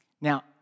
now